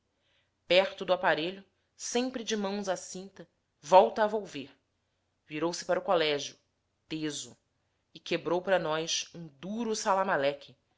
perto do aparelho sempre de mãos à cinta volta a volver virou-se para o colégio teso e quebrou para nós um duro